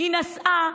היא נסעה,